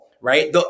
right